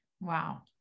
Wow